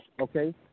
okay